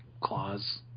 claws